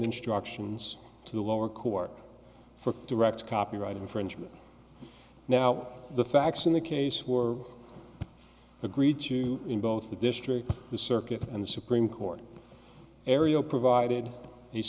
instructions to the lower court for direct copyright infringement now the facts in the case were agreed to in both the district the circuit and the supreme court area provided the